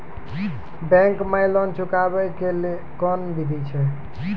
Bank माई loan चुकाबे के कोन बिधि छै?